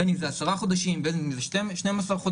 בין אם זה 10 חודשים ובין אם זה 12 חודשים.